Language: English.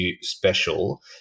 special